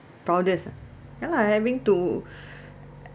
proudest ah ya lah having to